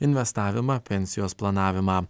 investavimą pensijos planavimą